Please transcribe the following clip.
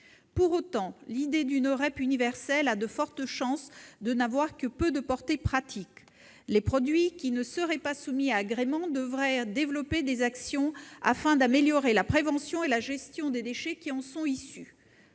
Pour autant, l'idée d'une REP universelle a de fortes chances de n'avoir que peu de portée pratique : les producteurs dont les produits ne seraient pas soumis à agrément devraient développer des actions afin d'améliorer la prévention et la gestion des déchets qui en sont issus.